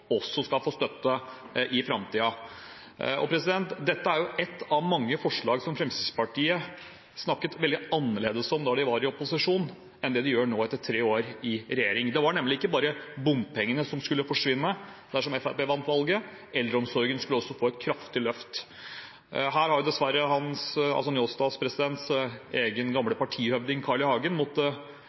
også skal få støtte i framtiden. Dette er jo ett av mange forslag som Fremskrittspartiet snakket veldig annerledes om da de var i opposisjon, enn det de gjør nå, etter tre år i regjering. Ikke bare skulle bompengene forsvinne dersom Fremskrittspartiet vant valget; eldreomsorgen skulle også få et kraftig løft. Her har dessverre representanten Njåstads egen, gamle partihøvding, Carl I. Hagen,